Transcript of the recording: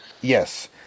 Yes